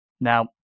Now